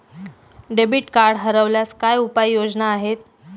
Debit card हरवल्यास काय उपाय योजना आहेत?